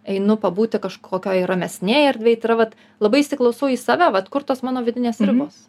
einu pabūti kažkokioj ramesnėj erdvėj tai yra vat labai įsiklausau į save vat kur tos mano vidinės ribos